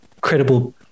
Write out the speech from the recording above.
credible